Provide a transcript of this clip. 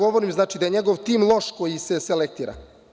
Ja govorim da je njegov tim loš koji se selektira.